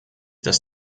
das